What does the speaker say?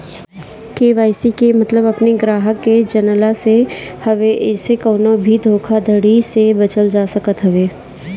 KYC के मतलब अपनी ग्राहक के जनला से हवे एसे कवनो भी धोखाधड़ी से बचल जा सकत हवे